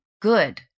good